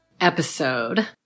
episode